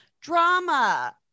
drama